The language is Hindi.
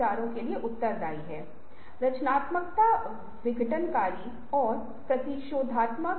इसलिए क्योंकि मस्तिष्क अपने संसाधनों का अनुकूलन करता है उस पल समाधान होत है